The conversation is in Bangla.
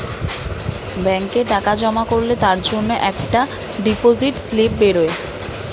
ব্যাংকে টাকা জমা করলে তার জন্যে একটা ডিপোজিট স্লিপ বেরোয়